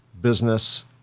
business